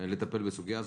לטפל בסוגיה הזאת.